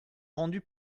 rendues